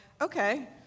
okay